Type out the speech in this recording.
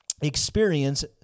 experience